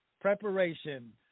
preparation